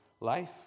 life